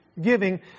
giving